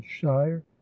shire